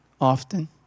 often